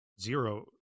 zero